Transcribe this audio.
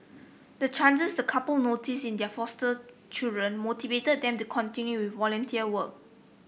the changes the couple noticed in their foster children motivated them to continue volunteer work